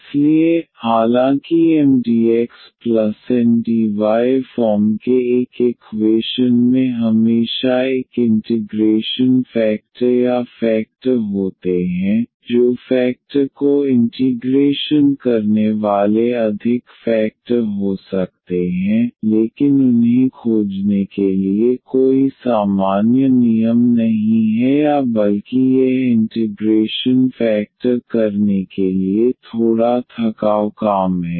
इसलिए हालांकि MdxNdy form के एक इक्वेशन में हमेशा एक इंटिग्रेशन फेकटर या फेकटर होते हैं जो फेकटर को इंटीग्रेशन करने वाले अधिक फेकटर हो सकते हैं लेकिन उन्हें खोजने के लिए कोई सामान्य नियम नहीं है या बल्कि यह इंटिग्रेशन फेकटर करने के लिए थोड़ा थकाऊ काम है